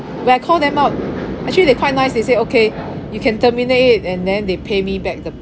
when I call them up actually they quite nice they say okay you can terminate it and then they pay me back the